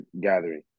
gathering